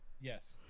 Yes